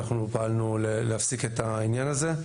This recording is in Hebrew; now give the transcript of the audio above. אנחנו פעלנו להפסיק את העניין הזה.